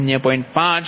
7 હશે